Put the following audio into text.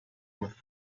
with